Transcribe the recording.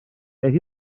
beth